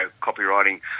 copywriting